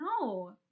No